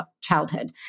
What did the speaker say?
childhood